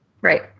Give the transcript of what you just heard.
Right